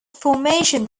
formation